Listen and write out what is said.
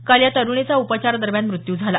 काल या तरुणीचा उपचारादरम्यान मृत्यू झाला